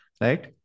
right